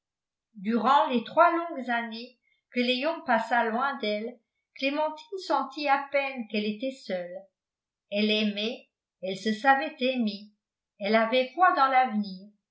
durant les trois longues années que léon passa loin d'elle clémentine sentit à peine qu'elle était seule elle aimait elle se savait aimée elle avait foi dans l'avenir